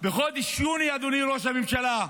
בחודש יוני, אדוני ראש הממשלה,